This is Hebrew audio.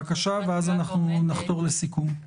לאט לאט הולכות ומצטברות יותר רשויות שאינן ירוקות.